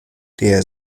der